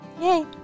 Yay